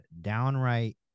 downright